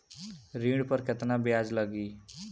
ऋण पर केतना ब्याज लगी?